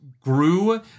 grew